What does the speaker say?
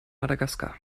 madagaskar